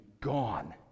gone